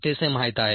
35 हे माहीत आहे